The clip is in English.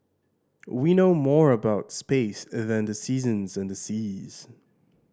we know more about space than the seasons and the seas